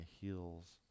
heels